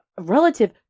Relative